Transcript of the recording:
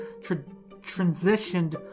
transitioned